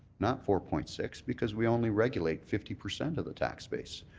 not four point six because we only regulate fifty percent of the tax base.